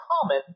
common